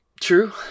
True